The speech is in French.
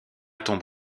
tombe